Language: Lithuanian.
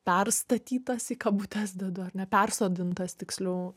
perstatytas į kabutes dedu ar ne persodintas tiksliau